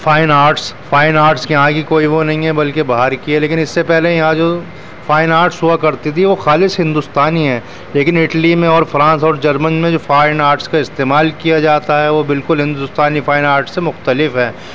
fine arts fine arts کے یہاں کی کوئی وہ نہیں ہے بلکہ باہر کی ہے لیکن اس سے پہلے یہاں جو فائن آرٹس ہوا کرتی تھی وہ خالص ہندوستانی ہے لیکن اٹلی میں اور فرانس اور جرمن میں جو فائن آرٹس کا استعمال کیا جاتا ہے وہ بالکل ہندوستانی فائن آرٹ سے مختلف ہے